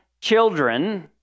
children